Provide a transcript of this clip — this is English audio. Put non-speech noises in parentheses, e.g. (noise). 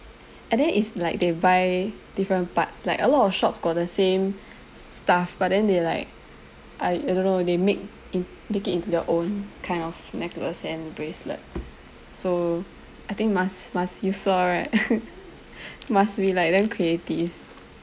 and then it's like they buy different parts like a lot of shops got the same stuff but then they like I I don't know they make in make it into their own kind of necklace and bracelet so I think must must you saw right (laughs) must be like damn creative